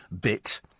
bit